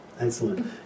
Excellent